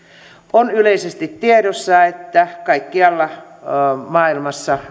on yleisesti tiedossa että oikeastaan kaikkialla maailmassa